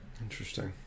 Interesting